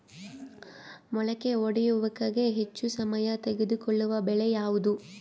ಮೊಳಕೆ ಒಡೆಯುವಿಕೆಗೆ ಹೆಚ್ಚು ಸಮಯ ತೆಗೆದುಕೊಳ್ಳುವ ಬೆಳೆ ಯಾವುದು?